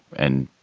and,